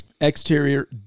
Exterior